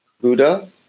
Buddha